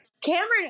Cameron